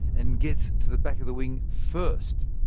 and gets to the back of the wing first.